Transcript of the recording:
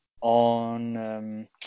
on